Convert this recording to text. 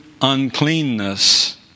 uncleanness